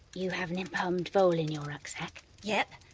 you have embalmed vole in your rucksack? yep.